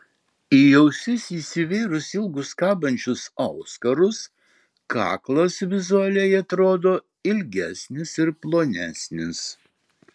į ausis įsivėrus ilgus kabančius auskarus kaklas vizualiai atrodo ilgesnis ir plonesnis